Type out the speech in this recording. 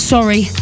Sorry